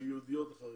הייעודיות לחרדים.